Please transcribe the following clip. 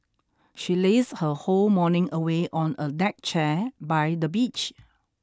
she lazed her whole morning away on a deck chair by the beach